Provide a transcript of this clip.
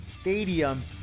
stadium